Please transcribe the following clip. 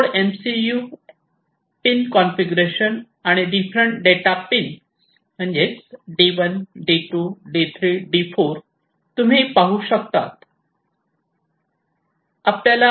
node MCU pin configuration आणि different data pin D1 D2 D3 D4 तुम्ही पाहू शकता